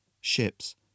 Ships